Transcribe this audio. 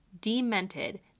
demented